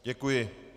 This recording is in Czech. Děkuji.